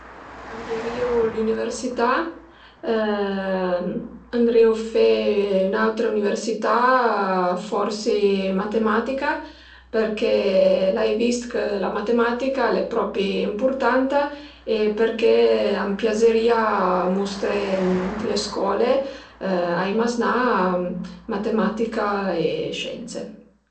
Cambierìu l'üniversità, andërìu fe ün'autra üniversità, forsi matematica përché l'ai vist chë la matematica al e propi ëmpurtanta e përché a m'piazërìa musté ën le scole ai maznà matematica e scienza